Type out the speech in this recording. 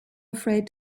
afraid